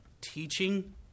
teaching